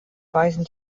weisen